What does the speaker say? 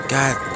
God